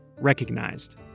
Recognized